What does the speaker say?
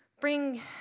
bring